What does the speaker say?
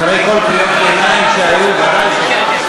אחרי כל קריאות הביניים שהיו, ודאי שלא.